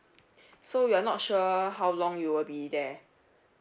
so you are not sure how long you will be there